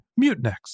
Mutinex